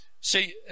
See